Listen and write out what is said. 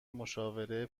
مشاوره